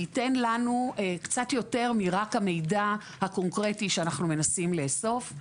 זה ייתן לנו קצת יותר מהמידע הקונקרטי שאנחנו מנסים לאסוף.